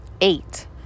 Eight